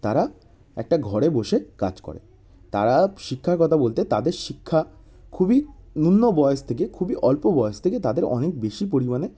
তারা একটা ঘরে বসে কাজ করে তারা শিক্ষার কথা বলতে তাদের শিক্ষা খুবই ন্যূনবয়স থেকে খুবই অল্প বয়স থেকে তাদের অনেক বেশি পরিমাণে